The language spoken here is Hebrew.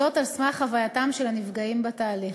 זאת, על סמך חווייתם של הנפגעים בתהליך.